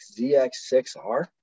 ZX6R